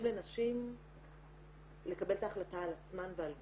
לנשים לקבל את ההחלטה על עצמן ועל גופן.